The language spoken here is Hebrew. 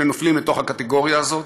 שנופלים לתוך הקטגוריה הזאת,